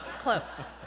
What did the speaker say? close